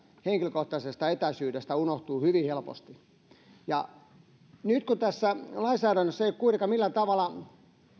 henkilökohtaisesta etäisyydestä unohtuvat hyvin helposti nyt kun tässä lainsäädännössä ei ole kuitenkaan millään tavalla